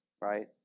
right